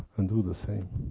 and do the same.